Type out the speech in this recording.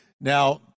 Now